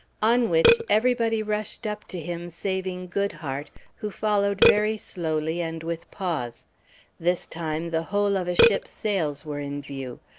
on which everybody rushed up to him saving good hart, who followed very slowly and with paus this time the whole of a ship's sails were in view.